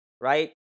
right